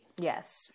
Yes